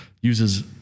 Uses